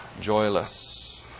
joyless